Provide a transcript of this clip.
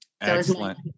Excellent